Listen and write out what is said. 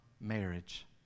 marriage